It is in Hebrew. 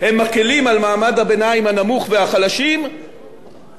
הם מקלים על מעמד הביניים הנמוך והחלשים תמורת